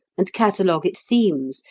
and catalogue its themes,